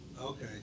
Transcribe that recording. Okay